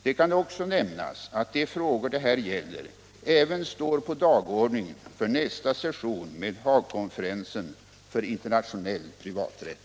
Det kan också nämnas att de frågor det här gäller även står på dagordningen för nästa session med Haagkonferensen för internationell privaträtt.